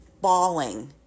bawling